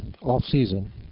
off-season